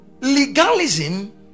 Legalism